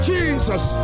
Jesus